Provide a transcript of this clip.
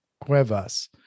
Cuevas